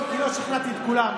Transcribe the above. לא שכנעתי את כולם.